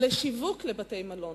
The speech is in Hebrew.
לשיווק לבתי-מלון.